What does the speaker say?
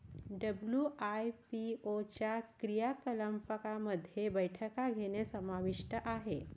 WIPO च्या क्रियाकलापांमध्ये बैठका घेणे समाविष्ट आहे